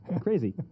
Crazy